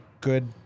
good